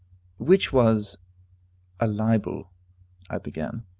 which was a libel i began.